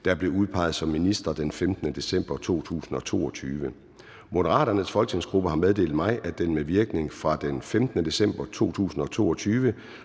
der blev udpeget som ministre den 15. december 2022. Moderaternes folketingsgruppe har meddelt mig, at den med virkning fra den 15. december 2022